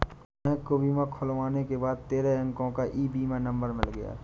महक को बीमा खाता खुलने के बाद तेरह अंको का ई बीमा नंबर मिल गया